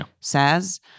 says